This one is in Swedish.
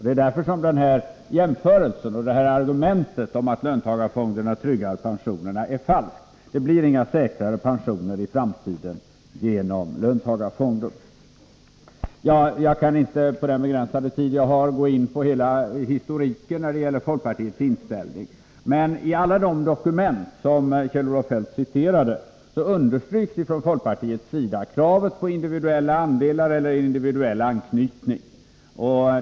Det är därför som den här jämförelsen och det här argumentet om att löntagarfonderna tryggar pensionerna är falska. Det blir inga säkrare pensioner i framtiden genom löntagarfonder. Jag kan inte på den begränsade tid jag har till mitt förfogande gå in på hela historiken när det gäller folkpartiets inställning. I alla de dokument som Kjell-Olof Feldt citerade understryks emellertid från folkpartiets sida kravet på individuella andelar eller individuell anknytning.